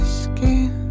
skin